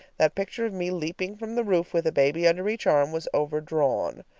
that picture of me leaping from the roof with a baby under each arm was overdrawn.